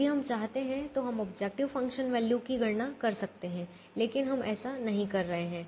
यदि हम चाहते हैं तो हम ऑब्जेक्टिव फ़ंक्शन वैल्यू की गणना कर सकते हैं लेकिन हम ऐसा नहीं कर रहे हैं